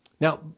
Now